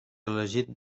elegit